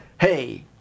hey